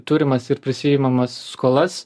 turimas ir prisiimamas skolas